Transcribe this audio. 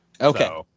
Okay